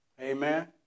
Amen